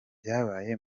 byabaye